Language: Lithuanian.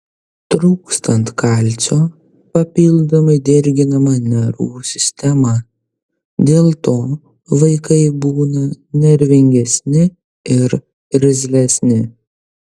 trūkstant kalcio papildomai dirginama nervų sistema dėl to vaikai būna nervingesni ir irzlesni